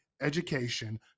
education